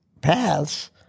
paths